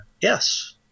Yes